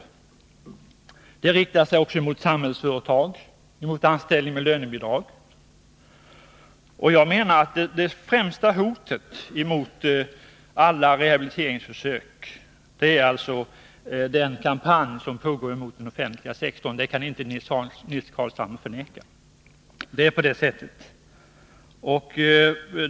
Den riktar sig också mot Samhällsföretag och mot anställning med lönebidrag. Jag menar som sagt att det främsta hotet mot alla rehabiliteringsförsök är den kampanj som pågår mot den offentliga sektorn. Det kan inte Nils Carlshamre förneka, för det är på det sättet.